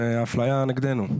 זו הפליה נגדנו.